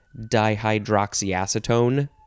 Dihydroxyacetone